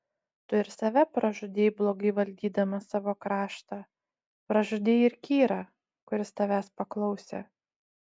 tu ir save pražudei blogai valdydamas savo kraštą pražudei ir kyrą kuris tavęs paklausė